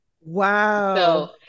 Wow